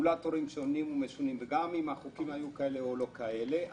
רגולטורים שונים ומשונים והחוקים היו כאלה או לא כאלה,